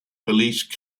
police